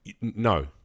no